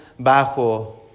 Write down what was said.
bajo